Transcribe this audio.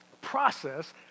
process